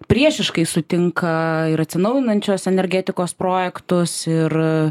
priešiškai sutinka ir atsinaujinančios energetikos projektus ir